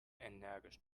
energisch